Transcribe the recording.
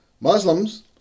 Muslims